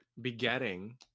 begetting